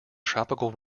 tropical